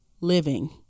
living